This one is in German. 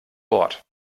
bord